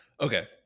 Okay